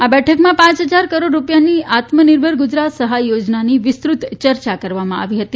આ બેઠકમાં પાંચ ફજાર કરોડ રૂપિયાની આત્મનિર્ભર ગુજરાત સહાય યોજનાની વિસ્તૃત ચર્ચા કરવામાં આવી હતી